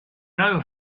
know